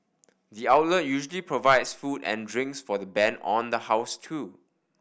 the outlet usually provides food and drinks for the band on the house too